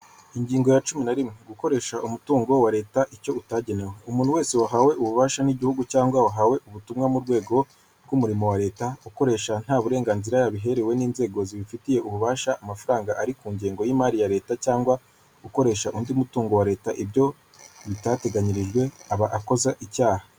Ingingo ya cumi na rimwe, gukoresha umutungo wa leta icyo utagenewe, umuntu wese wahawe ububasha n'igihugu, cyangwa wahawe ubutumwa mu rwego rw'umurimo wa leta, gukoresha nta burenganzira yabiherewe n'inzego zibifitiye ububasha amafaranga ari ku ngengo y'imari ya leta, cyangwa gukoresha undi mutungo wa leta ibyo bitateganyirijwe, aba akoze icyaha.